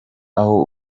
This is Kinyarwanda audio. aho